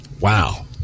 wow